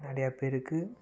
நிறையா பேருக்கு